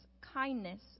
kindness